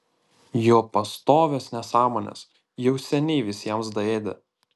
jo pastovios nesąmonės jau seniai visiems daėdė